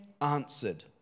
answered